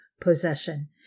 possession